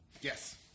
Yes